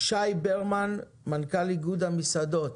שי ברמן, מנכ"ל איגוד המסעדות.